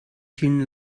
vielen